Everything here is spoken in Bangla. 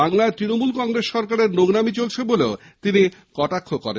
বাংলায় তৃণমূল কংগ্রেস সরকারের নোংরামী চলছে বলেও তিনি কটাক্ষ করেন